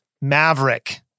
Maverick